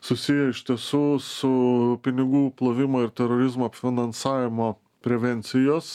susiję iš tiesų su pinigų plovimo ir terorizmo finansavimo prevencijos